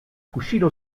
cuscino